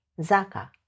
Zaka